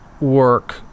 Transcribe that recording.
work